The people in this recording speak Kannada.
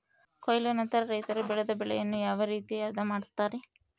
ಕೊಯ್ಲು ನಂತರ ರೈತರು ಬೆಳೆದ ಬೆಳೆಯನ್ನು ಯಾವ ರೇತಿ ಆದ ಮಾಡ್ತಾರೆ?